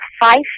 five